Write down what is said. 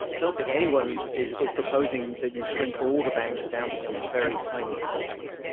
i don't think anyone is is proposing that you shrink all the banks down to some very tiny size.